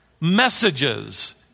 messages